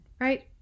right